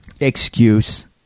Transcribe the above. Excuse